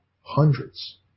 Hundreds